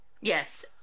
yes